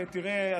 ותראה,